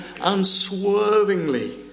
unswervingly